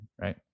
right